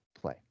play